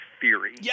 theory